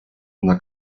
una